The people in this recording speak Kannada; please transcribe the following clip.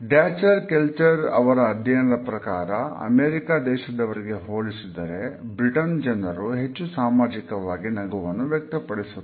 ಡ್ಯಾಚರ್ ಕೆಲ್ಟ್ನರ್ ಅವರ ಅಧ್ಯಯನದ ಪ್ರಕಾರ ಅಮೆರಿಕ ದೇಶದವರಿಗೆ ಹೋಲಿಸಿದರೆ ಬ್ರಿಟನ್ ಜನರು ಹೆಚ್ಚು ಸಾಮಾಜಿಕ ನಗುವನ್ನು ವ್ಯಕ್ತಪಡಿಸುತ್ತಾರೆ